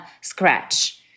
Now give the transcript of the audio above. scratch